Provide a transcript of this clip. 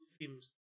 seems